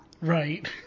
Right